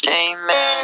Amen